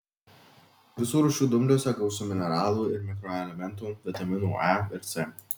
visų rūšių dumbliuose gausu mineralų ir mikroelementų vitaminų e ir c